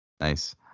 nice